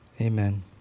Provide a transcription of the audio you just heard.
Amen